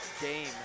game